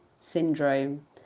syndrome